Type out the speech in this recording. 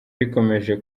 rikomeje